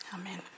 Amen